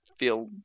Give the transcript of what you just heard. feel